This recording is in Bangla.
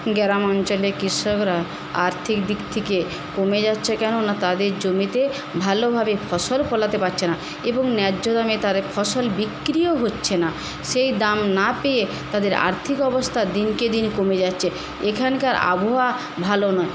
গ্রাম অঞ্চলের কৃষকরা আর্থিক দিক থেকে কমে যাচ্ছে কেন না তাদের জমিতে ভালোভাবে ফসল ফলাতে পারছে না এবং ন্যায্য দামে তাদের ফসল বিক্রিও হচ্ছে না সেই দাম না পেয়ে তাদের আর্থিক অবস্থা দিনকে দিন কমে যাচ্ছে এখানকার আবহাওয়া ভালো নয়